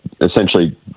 essentially